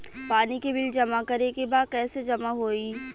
पानी के बिल जमा करे के बा कैसे जमा होई?